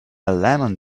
lemon